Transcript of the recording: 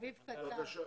בבקשה.